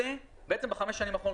בעצם בחמש השנים האחרונות,